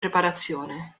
preparazione